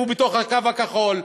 הוא בתוך הקו הכחול,